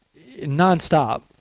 Nonstop